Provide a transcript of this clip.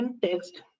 text